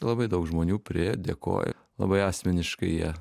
labai daug žmonių prėjo dėkojo labai asmeniškai jie